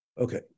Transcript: Okay